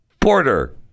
Porter